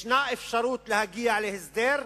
יש אפשרות להגיע להסדר,